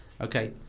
Okay